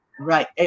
Right